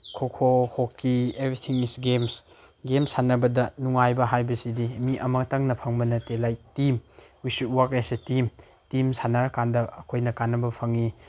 ꯈꯣꯈꯣ ꯍꯣꯛꯀꯤ everything is games game ꯁꯥꯟꯅꯕꯗ ꯅꯨꯡꯉꯥꯏꯕ ꯍꯥꯏꯕꯁꯤꯗꯤ ꯃꯤ ꯑꯃꯠꯇꯪꯅ ꯐꯪꯕ ꯅꯠꯇꯦ like team we should work as a team team ꯁꯥꯟꯅꯔ ꯀꯥꯟꯗ ꯑꯩꯈꯣꯏꯅ ꯀꯥꯟꯅꯕ ꯐꯪꯏ